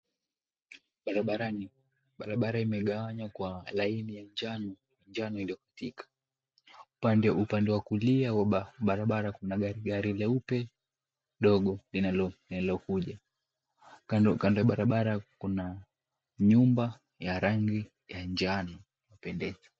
Barabarani. Barabara imegawanywa kwa laini ya njano iliyofutika. Upande wa kulia wa barabara kuna gari leupe dogo linalokuja. Kando ya barabara kuna nyumba ya rangi ya njano ya kupendeza.